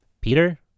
Peter